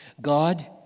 God